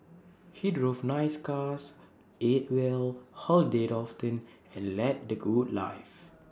he drove nice cars ate well holidayed often and led the good life